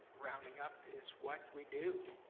rounding up is what we do.